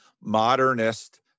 modernist